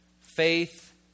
Faith